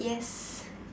yes